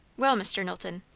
well, mr. knowlton,